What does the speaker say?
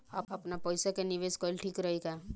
आपनपईसा के निवेस कईल ठीक रही का?